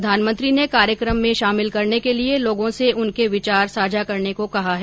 प्रधानमंत्री ने कार्यकम में शामिल करने के लिए श्रोताओं से उनके विचार साझा करने को कहा है